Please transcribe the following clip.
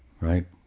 right